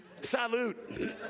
Salute